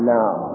now